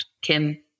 Kim